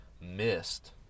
missed